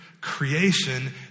Creation